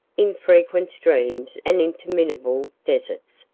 infrequent streams and interminable deserts,